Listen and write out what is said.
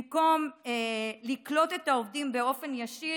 במקום לקלוט את העובדים באופן ישיר,